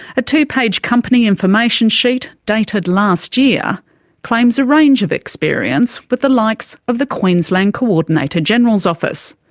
a two-page company information sheet dated last year claims a range of experience with the likes of the queensland coordinator-generals office.